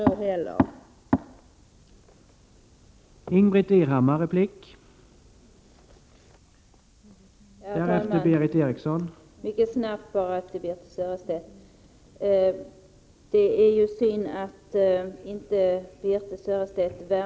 SLE det inte heller varit någon human kriminalvård Alislag til kriminalvåre